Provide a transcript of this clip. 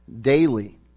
daily